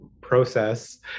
process